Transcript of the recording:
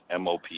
MOP